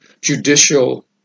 judicial